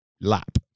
lap